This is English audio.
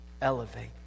elevate